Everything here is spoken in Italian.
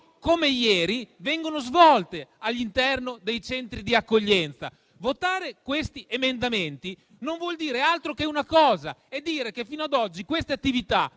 come ieri vengono erogati all'interno dei centri di accoglienza. Votare questi emendamenti non vuol dire altro che affermare che fino ad oggi queste attività,